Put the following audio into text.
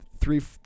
three